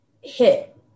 hit